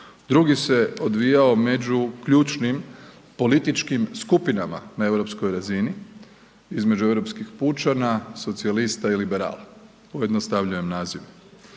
drugi se odvijao među ključnim političkim skupinama na europskoj razini između europskih pučana, socijalista i liberala, pojednostavljujem naziv.